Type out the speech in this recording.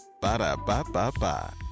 Ba-da-ba-ba-ba